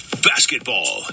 Basketball